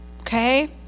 okay